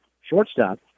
shortstop